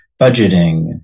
Budgeting